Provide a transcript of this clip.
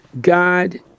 God